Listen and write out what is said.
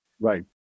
Right